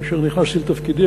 כאשר נכנסתי לתפקידי,